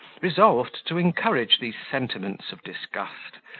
resolved to encourage these sentiments of disgust,